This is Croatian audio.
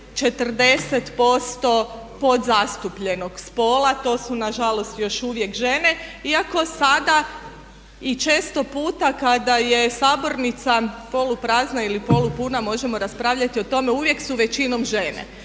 40% pod zastupljenog spola. To su nažalost još uvijek žene iako sada i često puta kada je sabornica poluprazna ili polupuna možemo raspravljati o tome uvijek su većinom žene